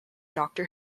doctor